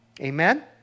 Amen